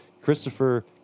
Christopher